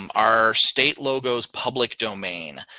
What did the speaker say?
um our state logos public domain.